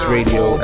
Radio